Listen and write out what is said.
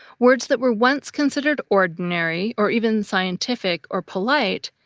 words that were once considered ordinary, or even scientific or polite,